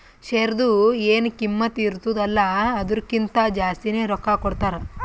ಶೇರ್ದು ಎನ್ ಕಿಮ್ಮತ್ ಇರ್ತುದ ಅಲ್ಲಾ ಅದುರ್ಕಿಂತಾ ಜಾಸ್ತಿನೆ ರೊಕ್ಕಾ ಕೊಡ್ತಾರ್